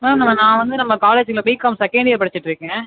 ma'am நான் வந்து நம்ம காலேஜ்ல பிகாம் செகண்ட் இயர் படிச்சிட்டுருக்கேன்